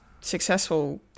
successful